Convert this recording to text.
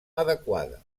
adequada